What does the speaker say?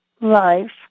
life